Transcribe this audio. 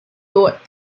thought